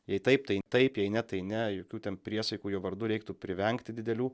jei taip tai taip jei ne tai ne jokių ten priesaikų jo vardu reiktų privengti didelių